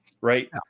Right